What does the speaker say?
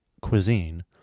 cuisine